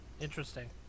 Interesting